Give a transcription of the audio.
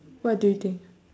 what do you think